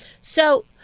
So-